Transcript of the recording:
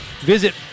Visit